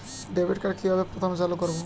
Debit card কিভাবে প্রথমে চালু করব?